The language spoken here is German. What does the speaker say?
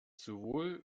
sowohl